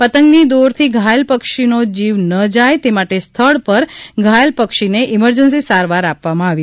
પતંગની દોરથી ધાયલ પક્ષીનો જીવના જાય તે માટે સ્થળ પર ધાયલ પક્ષીને ઈમરજન્સી સારવાર આપવામાં આવી રહી છે